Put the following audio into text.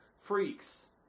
Freaks